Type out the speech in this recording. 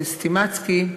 "סטימצקי".